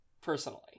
Personally